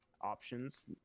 options